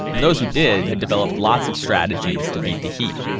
those who did had developed lots of strategies to beat the heat,